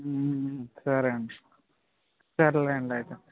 సరే అండీ సరేలెండి అయితే